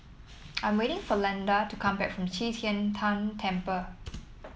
I'm waiting for Landen to come back from Qi Tian Tan Temple